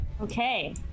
Okay